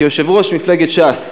כיושב-ראש מפלגת ש"ס,